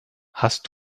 hast